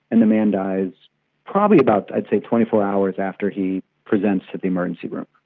and the man died probably about i'd say twenty four hours after he presented to the emergency room.